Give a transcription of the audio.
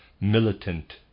Militant